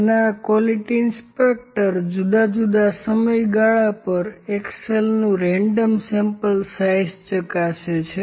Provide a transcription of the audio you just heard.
તેના quality inspector જુદા જુદા સમયગાળા પર એક્સેલનું રેન્ડમ સેમ્પલ સાઇઝ ચકાસે છે